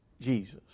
Jesus